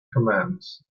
commands